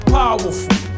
powerful